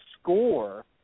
score